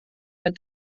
veel